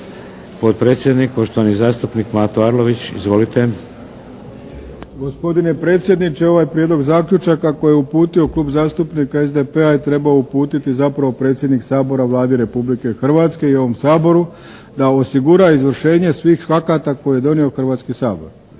potpredsjednik poštovani zastupnik Mato Arlović. Izvolite. **Arlović, Mato (SDP)** Gospodine predsjedniče ovaj prijedlog zaključaka koje je uputio Klub zastupnika SDP-e je trebao uputiti zapravo predsjednik Sabora Vladi Republike Hrvatske i ovom Saboru da osigura izvršenje svih akata koje je donio Hrvatski sabor.